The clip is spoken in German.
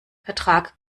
vertrag